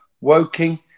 Woking